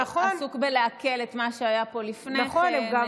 הוא עסוק בלעכל את מה שהיה לפני כן.